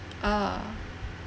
ah